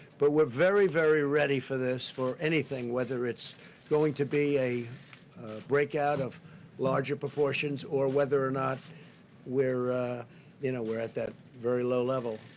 but we're very, very ready for this, for anything, whether it's going to be a breakout of larger proportions, or whether or not we're you know we're at that very low level.